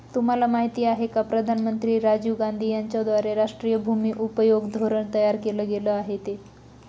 तुम्हाला माहिती आहे का प्रधानमंत्री राजीव गांधी यांच्याद्वारे राष्ट्रीय भूमि उपयोग धोरण तयार केल गेलं ते?